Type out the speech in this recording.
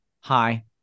hi